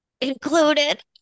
included